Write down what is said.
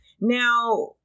Now